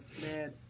man